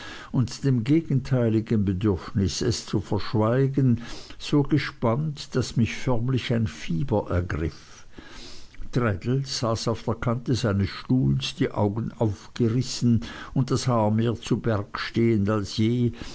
und dem gegenteiligen bedürfnis es zu verschweigen so gespannt daß mich förmlich ein fieber ergriff traddles saß auf der kante seines stuhls die augen aufgerissen und das haar mehr zu berg stehend als je